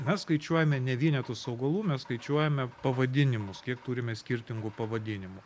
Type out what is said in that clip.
mes skaičiuojame ne vienetus augalų mes skaičiuojame pavadinimus kiek turime skirtingų pavadinimų